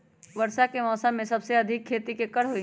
वर्षा के मौसम में सबसे अधिक खेती केकर होई?